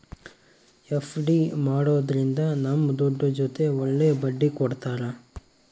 FD ಮಾಡೋದ್ರಿಂದ ನಮ್ ದುಡ್ಡು ಜೊತೆ ಒಳ್ಳೆ ಬಡ್ಡಿ ಕೊಡ್ತಾರ